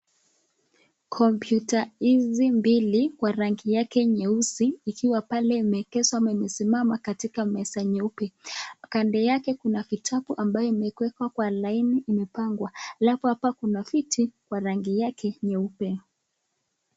Kompyuta hizi mbili kwa rangi yake nyeusi ikiwa pale imeegezwa ama imesimama katika meza nyeupe. Kando yake kuna vitabu ambayo imeekwa kwa laini imepangwa. Alafu hapa kuna viti kwa rangi yake nyeupe.